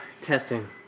Testing